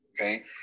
okay